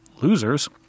losers